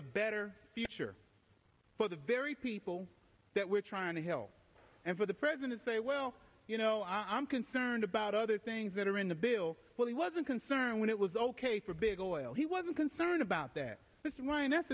a better future for the very people that we're trying to help and for the president say well you know i'm concerned about other things that are in the bill well he wasn't concerned when it was ok for big oil he wasn't concerned about that that's